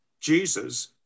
Jesus